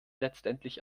letztlich